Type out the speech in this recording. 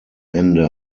ende